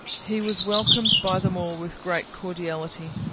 he was welcomed by them all with great cordiality,